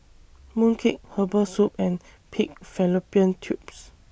Mooncake Herbal Soup and Pig Fallopian Tubes